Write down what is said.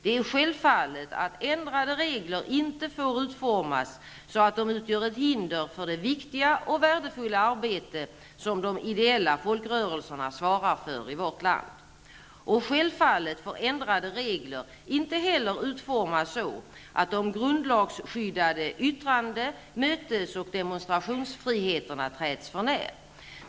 Det är självklart att ändrade regler inte får utformas så att de utgör ett hinder för det viktiga och värdefulla arbete som de ideella folkrörelserna svarar för i vårt land. Och självfallet får ändrade regler inte heller utformas så att de grundlagsskyddade yttrande-, mötes och demonstrationsfriheterna träds för när.